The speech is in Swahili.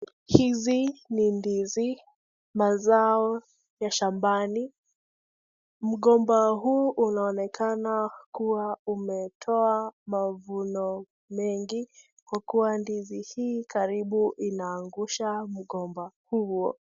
Hizi ni ndizi, mazao ya shambani. Mgomba huu unaonekana kuwa umetoa mavuno mengi uku ndizi hii karibu inaagusha mgomba huo.